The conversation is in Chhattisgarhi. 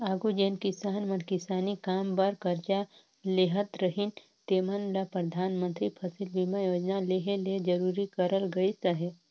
आघु जेन किसान मन किसानी काम बर करजा लेहत रहिन तेमन ल परधानमंतरी फसिल बीमा योजना लेहे ले जरूरी करल गइस अहे